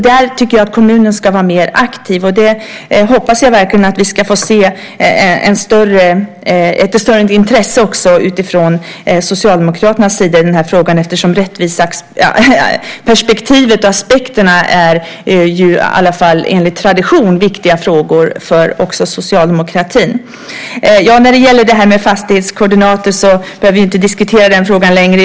Där tycker jag att kommunen ska vara mer aktiv, och jag hoppas verkligen att vi ska få se ett större intresse också från Socialdemokraternas sida i den här frågan, eftersom rättviseperspektivet och de aspekterna ju i alla fall enligt tradition är viktiga frågor för socialdemokratin. Frågan om fastighetskoordinater behöver vi inte diskutera längre.